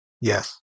Yes